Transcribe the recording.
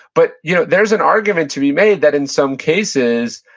but you know there's an argument to be made that in some cases,